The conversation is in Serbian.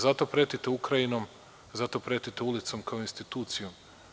Zato pretite Ukrajinom, zato pretite ulicom kao institucijom.